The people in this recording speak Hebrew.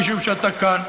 משום שאתה כאן.